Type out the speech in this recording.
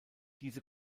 diese